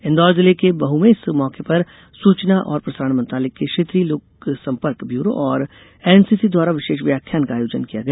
इन्दौर जिले के मह में इस गौके पर सूचना और प्रसारण मंत्रालय के क्षेत्रीय लोकसंपर्क ब्यूरों और एनसीसी द्वारा विशेष व्याख्यान का आयोजन किया गया